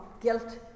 guilt